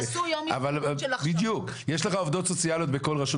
תעשו יום עיון של הכשרה.